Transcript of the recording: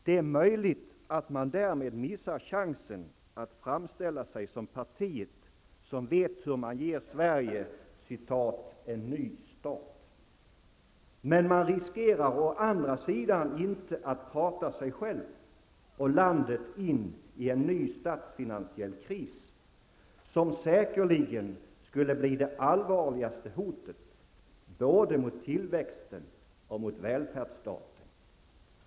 Det är möjligt att man därmed missar chansen att framställa sig som partiet som vet hur man ger Sverige 'en ny start'. Men man riskerar å andra sidan inte att prata sig själv och landet in i en ny statsfinansiell kris, som säkerligen skulle bli det allvarligaste hotet både mot tillväxten och mot valfärdsstaten.''